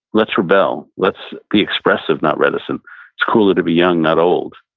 let's rebel. let's be expressive, not reticent. it's cooler to be young, not old.